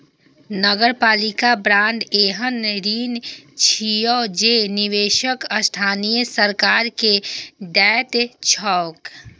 नगरपालिका बांड एहन ऋण छियै जे निवेशक स्थानीय सरकार कें दैत छैक